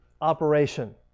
operation